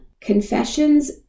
confessions